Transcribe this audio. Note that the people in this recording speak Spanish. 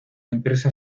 impresa